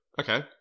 Okay